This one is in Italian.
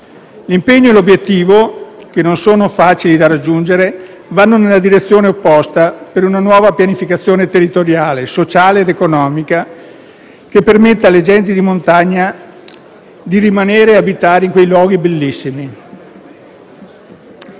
L'impegno e l'obiettivo - non sono facili da raggiungere - vanno nella direzione opposta, per una nuova pianificazione territoriale, sociale ed economica, che permetta alle genti di montagna di rimanere ad abitare in quei luoghi bellissimi,